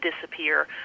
disappear